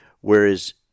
Whereas